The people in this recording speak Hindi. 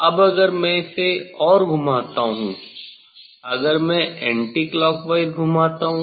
अब अगर मैं इसे इस ओर घुमाता हूं अगर मैं एंटीक्लॉकवाइज घुमाता हूं